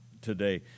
today